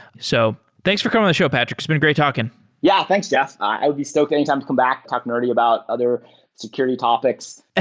so thanks for coming on the show, patrick. it's been great talking yeah. thanks, jeff. i would be stoked anytime to come back and talk nerdy about other security topics. ah